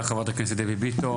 תודה רבה חברת הכנסת דבי ביטון.